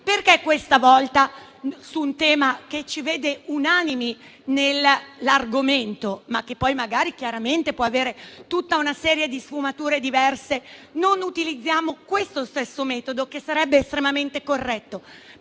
perché questa volta, su un tema che ci vede unanimi, ma che poi magari potrà avere tutta una serie di sfumature diverse, non usiamo lo stesso metodo, che sarebbe estremamente corretto?